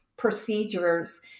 procedures